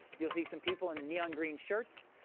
you'll see some people in the neon green shirts.